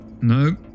No